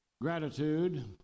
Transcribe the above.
gratitude